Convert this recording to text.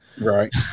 Right